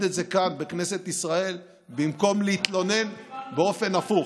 את זה כאן בכנסת ישראל במקום להתלונן באופן הפוך.